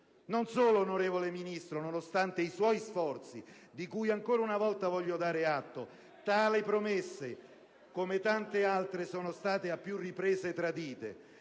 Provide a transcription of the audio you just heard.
Non solo, onorevole Ministro, nonostante i suoi sforzi - di cui ancora una volta voglio dare atto - tale promesse, come tante altre, sono state a più riprese tradite,